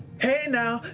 hey now!